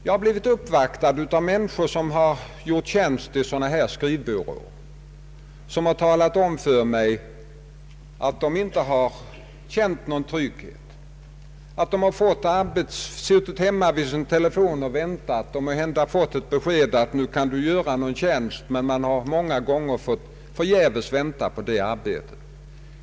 Jag har blivit uppvaktad av personer som har gjort tjänst i sådana skrivbyråer och vilka har talat om för mig att de inte har känt någon trygghet. De har suttit hemma vid sin telefon och väntat och måhända fått besked om att de kan få en tjänst, men många gånger har de förgäves fått vänta på det arbetet.